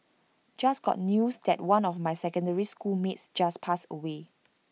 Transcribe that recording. just got news that one of my secondary school mates just passed away